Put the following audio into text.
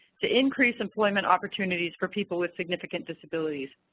to increase employment opportunities for people with significant disabilities.